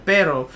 Pero